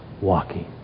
Walking